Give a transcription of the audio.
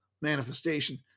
manifestation